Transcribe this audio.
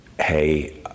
hey